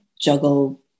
juggle